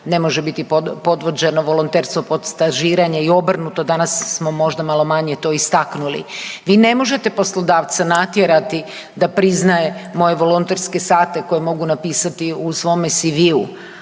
ne može biti podvođeno, volonterstvo pod stažiranje i obrnuto. Danas smo možda malo manje to istaknuli. Vi ne možete poslodavce natjerati da priznaje moje volonterske sate koje mogu napisati u svome CV-u,